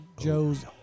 Joe's